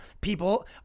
people